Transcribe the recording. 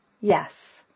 Yes